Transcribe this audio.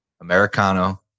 Americano